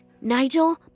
Nigel